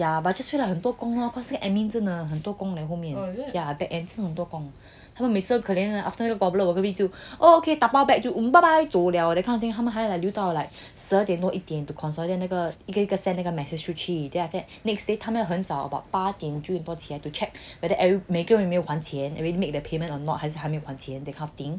yeah but just feel like 很多工 lor 那个 admin 真的很多工的后面 yeah back end 真的很多工的 so 每次很可怜 after 那个 problem 我每次就 okay 打包 bag okay bye bye 走 liao that kind of thing 他要 like 留到十二点多一点 that kind of thing to consolidate send 一个 message 出去 then after that next day 他们要很早 like 八点 to check whether every 每个人有没有还钱 have they make the payment or not 还是还没有还钱 that kind of thing